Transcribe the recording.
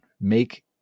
Make